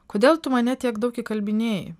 kodėl tu mane tiek daug įkalbinėjai